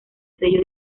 sello